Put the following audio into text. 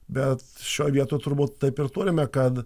bet šioj vietoj turbūt taip ir turime kad